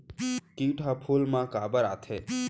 किट ह फूल मा काबर आथे?